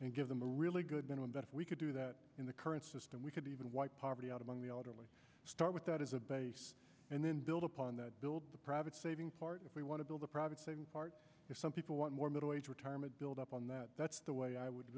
and give them a really good going to invest we could do that in the current system we could even wipe poverty out among the elderly start with that as a base and then build upon that build the private savings part if we want to build the private same part as some people want more middle age retirement build up on that that's the way i would